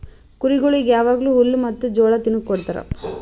ಕುರಿಗೊಳಿಗ್ ಯಾವಾಗ್ಲೂ ಹುಲ್ಲ ಮತ್ತ್ ಜೋಳ ತಿನುಕ್ ಕೊಡ್ತಾರ